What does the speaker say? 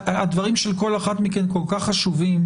הדברים של כל אחת מכן כל כך חשובים.